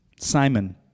Simon